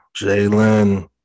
Jalen